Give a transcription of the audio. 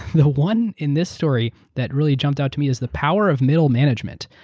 the one in this story that really jumped out to me is the power of middle management.